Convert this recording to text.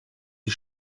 die